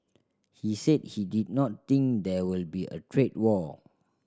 he said he did not think there will be a trade war